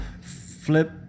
flip